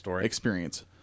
experience